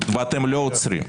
ואתם לא עוצרים.